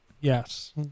yes